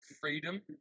freedom